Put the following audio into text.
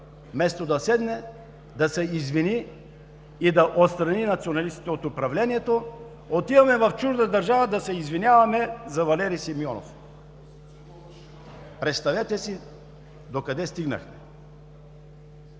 Вместо да седне да се извини и да отстрани националистите от управлението отиваме в чужда държава да се извиняваме за Валери Симеонов. Представете си докъде стигнахме!